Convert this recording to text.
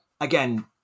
again